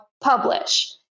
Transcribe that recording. Publish